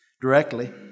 directly